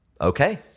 okay